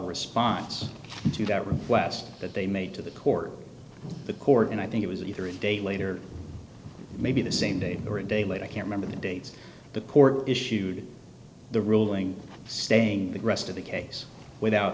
response to that request that they made to the court the court and i think it was either a day later maybe the same day or a day later i can't remember the dates the court issued the ruling saying the rest of the case without